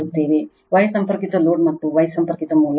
Y ಸಂಪರ್ಕಿತ load ಮತ್ತು Y ಸಂಪರ್ಕಿತ ಮೂಲ